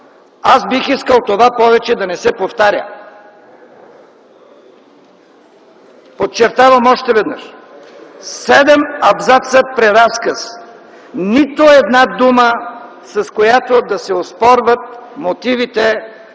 Аз бих искал това повече да не се повтаря. Подчертавам още веднъж – седем абзаца преразказ, нито една дума с която да се оспорват мотивите,